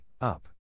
UP